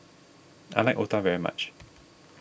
I like Otah very much